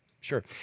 Sure